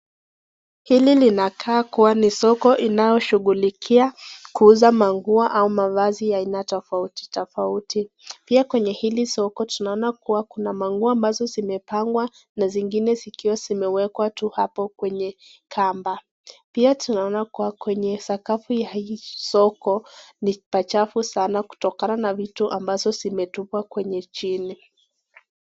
Hili linakaa kua ni soko linalo shughulikia kuuza manguo au mavazi ya aina tofauti tofauti. Pia kwenye hili soko tunaona kua kuna manguo ambazo zimepangwa na zingine zikiwa zimewekwa kwenye kamba. Pia tunaona kwenye sakafu ya hii soko ni pachafu sana kutokana na vitu iliyotupwa chini.